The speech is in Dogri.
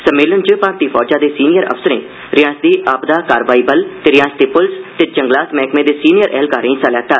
सम्मेलन च भारती फौजा दे सीनियर अफसरें रिआसती आपदा कार्रवाई बल ते रिआसती पुलस ते जंगलात मैह्कमे दे सीनियर ऐह्लकारें हिस्सा लैता